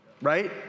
right